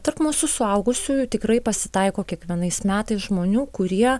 tarp mūsų suaugusiųjų tikrai pasitaiko kiekvienais metais žmonių kurie